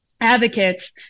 advocates